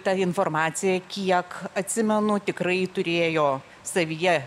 ta informacija kiek atsimenu tikrai turėjo savyje